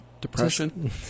depression